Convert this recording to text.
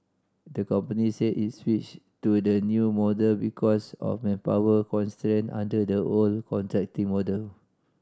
the company said its switched to the new model because of manpower constraint under the old contracting model